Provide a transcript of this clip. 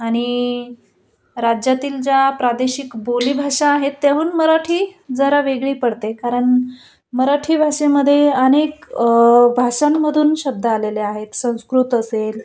आणि राज्यातील ज्या प्रादेशिक बोलीभाषा आहेत तेव्हा मराठी जरा वेगळी पडते कारण मराठी भाषेमध्ये अनेक भाषांमधून शब्द आलेल्या आहेत संस्कृत असेल